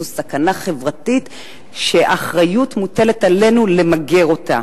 זו סכנה חברתית שאחריות מוטלת עלינו למגר אותה.